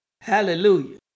Hallelujah